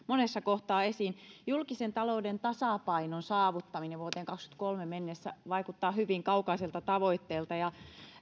monessa kohtaa esiin julkisen talouden tasapainon saavuttaminen vuoteen kahdessakymmenessäkolmessa mennessä vaikuttaa hyvin kaukaiselta tavoitteelta